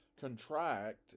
contract